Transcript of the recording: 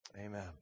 Amen